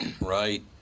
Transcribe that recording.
Right